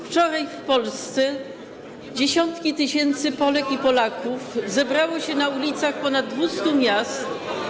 Wczoraj w Polsce dziesiątki tysięcy Polek i Polaków zebrało się na ulicach ponad 200 miast.